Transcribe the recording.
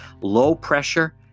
Low-pressure